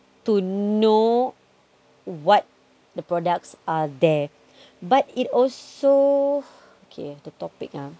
to know what the products are there but it also okay the topic ah